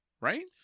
Right